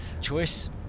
choice